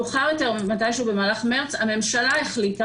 מאוחר יותר, במהלך מרס, הממשלה החליטה